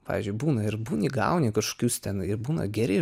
pavyzdžiui būna ir būni gauni kažkokius ten ir būna geri